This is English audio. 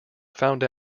found